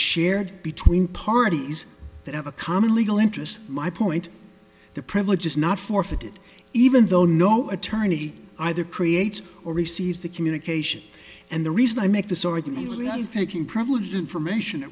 shared between parties that have a common legal interest my point the privilege is not forfeited even though no attorney either creates or receives the communication and the reason i make the so i think he was taking privileged information